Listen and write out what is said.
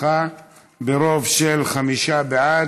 הרווחה והבריאות, ברוב של חמישה בעד,